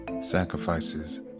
sacrifices